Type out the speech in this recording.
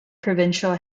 provincial